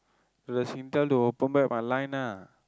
to the Singtel to open back my line ah